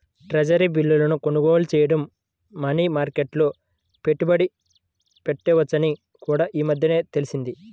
treasury బిల్లును కొనుగోలు చేయడం మనీ మార్కెట్లో పెట్టుబడి పెట్టవచ్చని కూడా ఈ మధ్యనే తెలిసింది